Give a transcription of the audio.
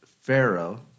Pharaoh